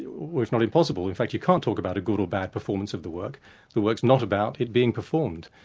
well it's not impossible, in fact you can't talk about a good or bad performance of the work the work's not about it being performed,